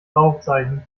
rauchzeichen